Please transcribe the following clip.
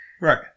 right